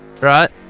right